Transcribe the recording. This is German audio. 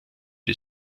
die